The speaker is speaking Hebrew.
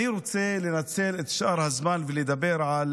אני רוצה לנצל את שאר הזמן ולדבר על